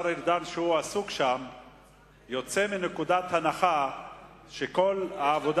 השר ארדן יוצא מנקודת הנחה שכל העבודה